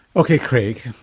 ok craig,